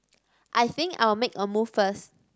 I think I'll make a move first